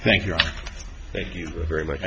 thank you thank you very much